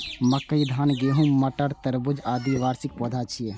मकई, धान, गहूम, मटर, तरबूज, आदि वार्षिक पौधा छियै